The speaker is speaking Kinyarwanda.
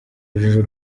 urujijo